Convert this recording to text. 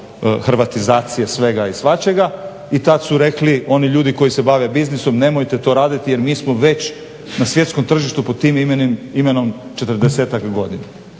hrvatizacije svega i svačega. I tada su rekli oni ljudi koji se bave biznisom nemojte to raditi jer mi smo već na svjetskom tržištu pod tim imenom 40-ak godina.